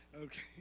Okay